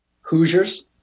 Hoosiers